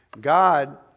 God